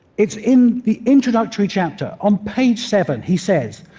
it's in the introductory chapter. on page seven he says,